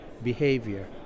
behavior